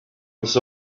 was